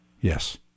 yes